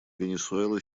венесуэла